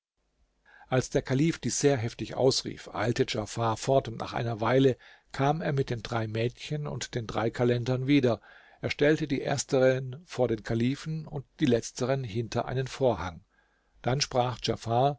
als der kalif dies sehr heftig ausrief eilte djafar fort und nach einer weile kam er mit den drei mädchen und den drei kalendern wieder er stellte die ersteren vor den kalifen und die letzteren hinter einen vorhang dann sprach djafar